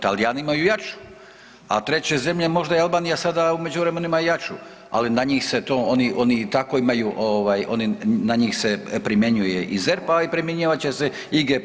Talijani imaju jaču, a treće zemlje, možda i Albanija sada u međuvremenu ima i jaču, ali na njih se to, oni, oni i tako imaju, na njih se primjenjuje i ZERP, a i primjenjivat će se IGP.